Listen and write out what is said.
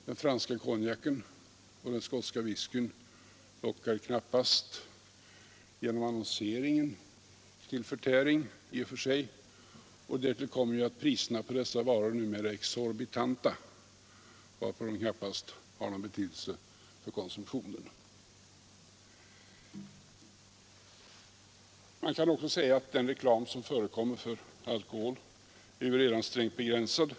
Den franska konjaken och den skotska whiskyn lockar knappast genom annonseringen till förtäring i och för sig. Därtill kommer ju att priserna på dessa varor numera är exorbitanta, varför de knappast har någon betydelse för den stora konsumtionen. Man kan också säga att den reklam som förekommer för alkohol redan är strängt begränsad.